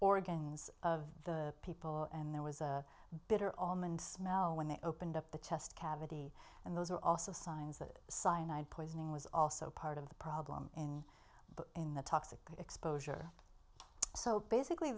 organs of the people and there was a bitter allman smell when they opened up the chest cavity and those are also signs that cyanide poisoning was also part of the problem but in the toxic exposure so basically